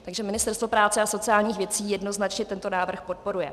Takže Ministerstvo práce a sociálních věcí jednoznačně tento návrh podporuje.